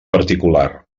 particular